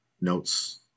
Notes